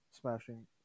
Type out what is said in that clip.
smashing